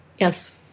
Yes